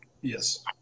Yes